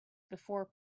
before